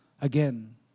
Again